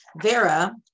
Vera